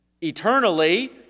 Eternally